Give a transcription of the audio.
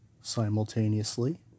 simultaneously